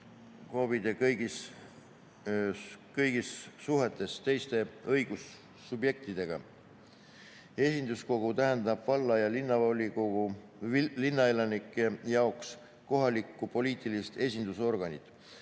KOV-i kõigis suhetes teiste õigussubjektidega. Esinduskogu tähendab valla- ja linnaelanike jaoks kohalikku poliitilist esindusorganit.